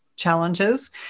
challenges